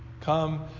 Come